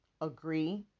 Agree